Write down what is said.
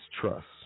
trust